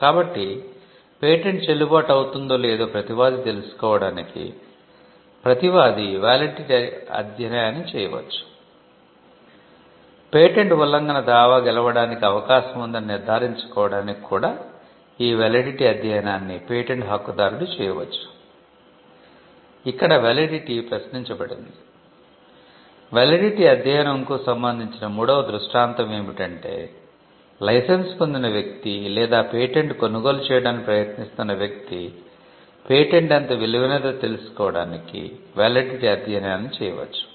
కాబట్టి పేటెంట్ చెల్లుబాటు అవుతుందో లేదో ప్రతివాది తెలుసుకోవటానికి ప్రతివాది వాలిడిటి అధ్యయనాన్ని చేయవచ్చు